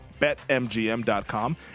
BetMGM.com